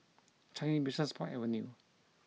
Changi Business Park Avenue